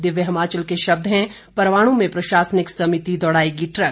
दिव्य हिमाचल के शब्द हैं परवाणु में प्रशासनिक समिति दौड़ाएगी ट्रक